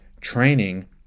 training